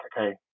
okay